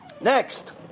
Next